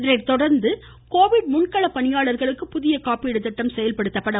இதனை தொடர்ந்து கோவிட் முன்கள பணியாளர்களுக்கு புதிய காப்பீடு திட்டம் செயல்படுத்தப்படும்